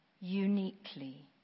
uniquely